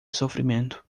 sofrimento